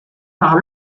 par